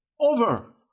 over